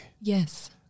Yes